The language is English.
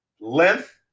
Length